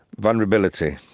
vulnerability.